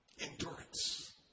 endurance